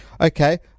Okay